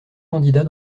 candidats